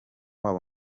wabo